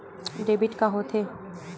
Debit का होथे?